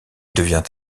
devient